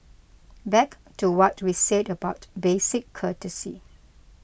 back to what we said about basic courtesy